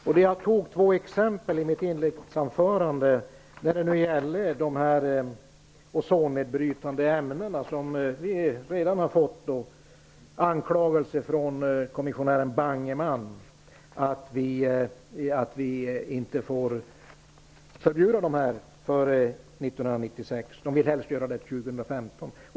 Jag tog upp två exempel i mitt inledningsanförande när det gäller ozonnedbrytande ämnen. Vi har redan fått anklagelser från kommissionären Bangeman. Vi får inte förbjuda dessa ämnen före 1996. EU vill helst förbjuda dem år 2015.